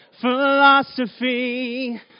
philosophy